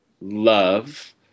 love